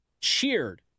cheered